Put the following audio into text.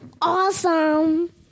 Awesome